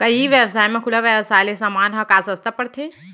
का ई व्यवसाय म खुला व्यवसाय ले समान ह का सस्ता पढ़थे?